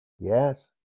Yes